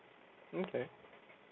okay